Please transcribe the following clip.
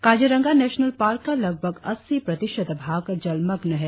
Kaziranga national park का लगभग अस्सी प्रतिशत भाग जलमग्न है